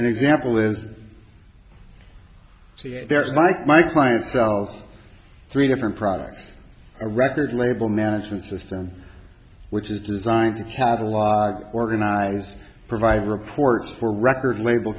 and example is like my client sells three different products a record label management system which is designed to catalog organize provide reports for record label